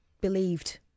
believed